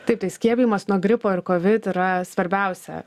taip tai skiepijimas nuo gripo ir kovid yra svarbiausia